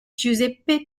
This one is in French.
giuseppe